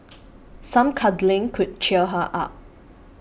some cuddling could cheer her up